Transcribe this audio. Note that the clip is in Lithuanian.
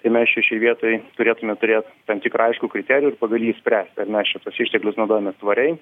tai mes čia šioj vietoj turėtume turėt tam tikrą aiškų kriterijų ir pagal jį spręsti ar mes čia tuos išteklius naudojame tvariai